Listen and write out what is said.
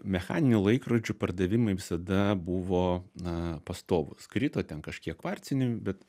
mechaninių laikrodžių pardavimai visada buvo na pastovūs krito ten kažkiek kvarcinių bet